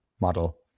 model